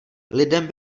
lidem